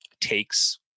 takes